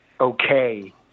okay